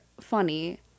funny